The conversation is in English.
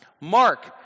Mark